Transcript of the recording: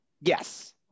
yes